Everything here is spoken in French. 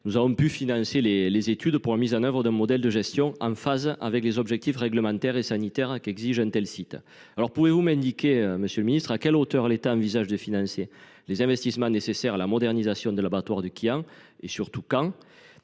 a permis de financer des études pour la mise en œuvre d’un modèle de gestion en phase avec les objectifs réglementaires et sanitaires qu’exige un tel site. Monsieur le ministre, pouvez vous m’indiquer à quelle hauteur l’État envisage de financer les investissements nécessaires à la modernisation de l’abattoir de Quillan et quand